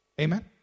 Amen